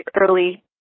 early